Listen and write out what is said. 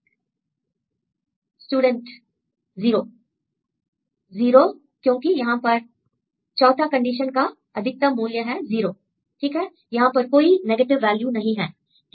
0 0 क्योंकि यहां पर 4 कंडीशन का अधिकतम मूल्य है 0 ठीक है यहां पर कोई नेगेटिव वैल्यू नहीं है ठीक है